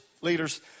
leaders